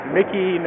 Mickey